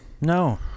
No